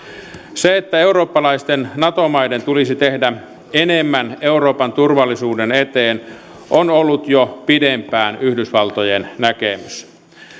se että eurooppalaisten nato maiden tulisi tehdä enemmän euroopan turvallisuuden eteen on ollut jo pidempään yhdysvaltojen näkemys